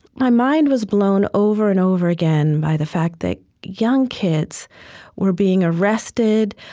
my mind was blown over and over again by the fact that young kids were being arrested,